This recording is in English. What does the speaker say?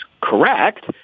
correct